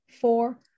four